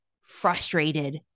frustrated